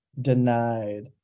denied